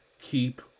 keep